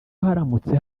haramutse